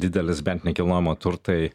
didelis bent nekilnojamo turtai